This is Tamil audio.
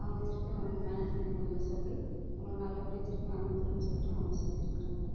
அவங்க திருப்பியும் வந்து மேனேஜ்மெண்ட்டில சொல்லி உங்களை நல்லபடியாக திருப்பி அனுப்புறேன்னு சொல்லிட்டு அவங்க சொல்லிருக்கறாங்க